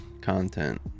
content